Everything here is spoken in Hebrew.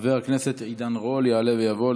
חבר הכנסת עידן רול יעלה ויבוא.